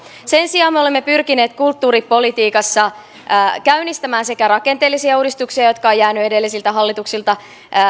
sen sijaan me olemme pyrkineet kulttuuripolitiikassa käynnistämään rakenteellisia uudistuksia jotka ovat jääneet edellisiltä hallituksilta